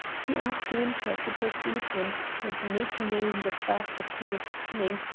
he asked winter to precede him and make known the fact that he was coming,